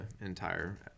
entire